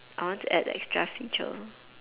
I want to add extra feature